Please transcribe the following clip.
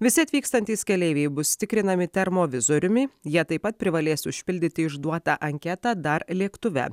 visi atvykstantys keleiviai bus tikrinami termovizoriumi jie taip pat privalės užpildyti išduotą anketą dar lėktuve